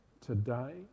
Today